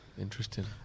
interesting